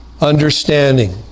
understanding